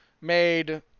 made